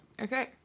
Okay